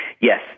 Yes